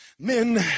Men